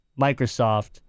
Microsoft